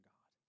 God